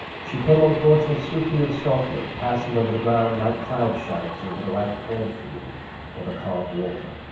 she came on towards me swiftly and softly, passing over the ground like cloud-shadows over the ripe corn-field or the calm water.